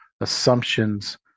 assumptions